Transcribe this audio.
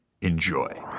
enjoy